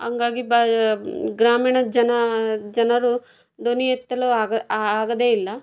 ಹಾಗಾಗಿ ಗ್ರಾಮೀಣ ಜನ ಜನರು ಧ್ವನಿಯೆತ್ತಲು ಆಗದೇ ಇಲ್ಲ